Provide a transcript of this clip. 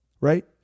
right